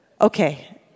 Okay